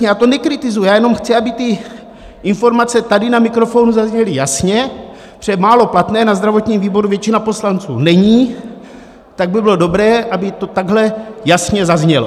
Já to nekritizuji, já jenom chci, aby ty informace tady na mikrofon zazněly jasně, protože málo platné na zdravotním výboru většina poslanců není, tak by bylo dobré, aby to takhle jasně zaznělo.